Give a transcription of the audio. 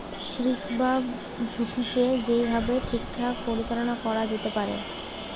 risk বা ঝুঁকিকে যেই ভাবে ঠিকঠাক পরিচালনা করা যেতে পারে